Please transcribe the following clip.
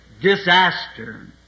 disaster